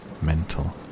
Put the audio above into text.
mental